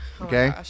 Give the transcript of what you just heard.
Okay